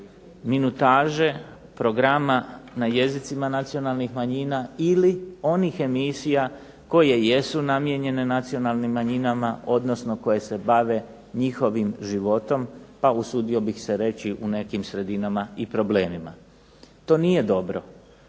minutaže programa na jezicima nacionalnih manjina ili onih emisija koje jesu namijenjene nacionalnim manjinama, odnosno koje se bave njihovim životom, pa usudio bih se reći u nekim sredinama i problemima. To nije dobro.